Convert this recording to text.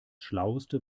schlauste